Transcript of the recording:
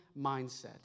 mindset